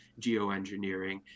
geoengineering